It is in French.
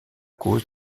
cause